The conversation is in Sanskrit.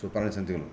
सोपानानि सन्ति खलु